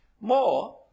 More